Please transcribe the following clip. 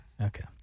Okay